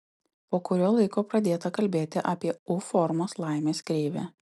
po kurio laiko pradėta kalbėti apie u formos laimės kreivę